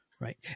right